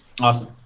Awesome